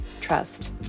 trust